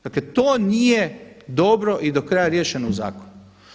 Dakle to nije dobro i do kraja riješeno u zakonu.